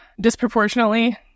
disproportionately